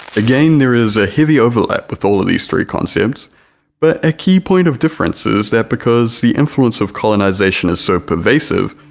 again there is a heavy overlap with all of these three concepts but a key point of difference is that because the influence of colonization is so pervasive,